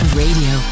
radio